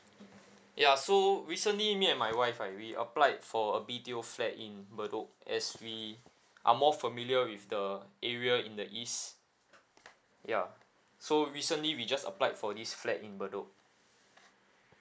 ya so recently me and my wife right we applied for a B_T_O flat in bedok as we are more familiar with the area in the east ya so recently we just applied for this flat in bedok